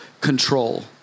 control